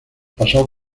pasó